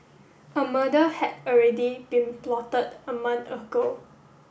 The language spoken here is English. a murder had already been plotted a month ago